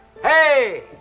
Hey